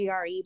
GRE